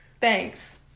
thanks